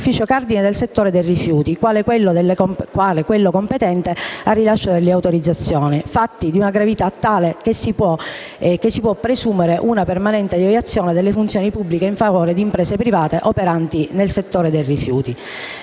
consumato in un ufficio cardine nel settore dei rifiuti, quale quello competente al rilascio delle autorizzazioni: fatti di una tale gravità da cui si può presumere una permanente deviazione delle funzioni pubbliche in favore di imprese private operanti nel settore dei rifiuti.